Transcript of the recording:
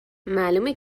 معلومه